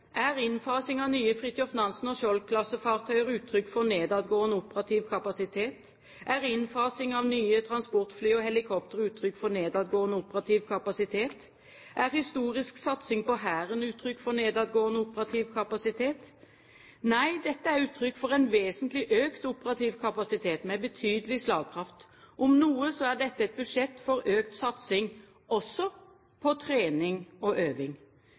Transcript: Er innfasing av nye fartøyer i Fridtjof Nansen- og Skjold-klassen uttrykk for nedadgående operativ kapasitet? Er innfasing av nye transportfly og helikoptre uttrykk for nedadgående operativ kapasitet? Er historisk satsing på Hæren uttrykk for nedadgående operativ kapasitet? Nei, dette er uttrykk for en vesentlig økt operativ kapasitet med betydelig slagkraft. Om noe, så er dette et budsjett for økt satsing også på trening og øving.